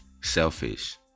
selfish